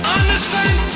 understand